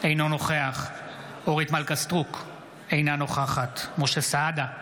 אינו נוכח אורית מלכה סטרוק, אינה נוכחת משה סעדה,